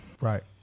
Right